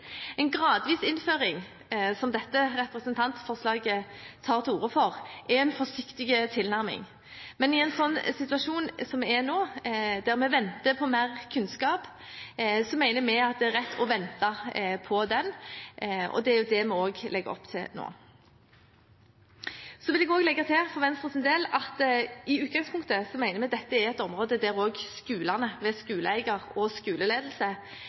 En gradvis innføring, som dette representantforslaget tar til orde for, er en forsiktig tilnærming. Men i en situasjon som den vi er i nå, der vi venter på mer kunnskap, mener vi at det er rett å vente på den, og det er det vi nå legger opp til. Så vil jeg også legge til for Venstres del at i utgangspunktet mener vi at dette er et område der skolene ved skoleeier og skoleledelse